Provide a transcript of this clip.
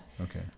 Okay